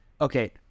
okay